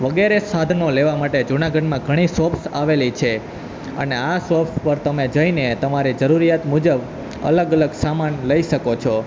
વગેરે સાધનો લેવા માટે જુનાગઢમાં ઘણી શોપ્સ આવેલી છે અને આ શોપ્સ પર તમે જઈને તમારે જરૂરિયાત મુજબ અલગ અલગ સામાન લઈ શકો છો